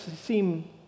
seem